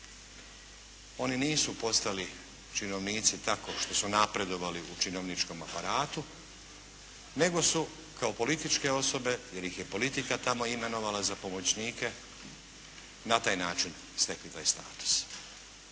Oni nisu postali činovnici tako što su napredovali u činovničkom aparatu, nego su kao političke osobe jer ih je politika tamo imenovala za pomoćnike na taj način stekli taj status.